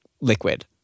liquid